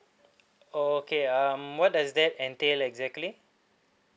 okay um what does that entail exactly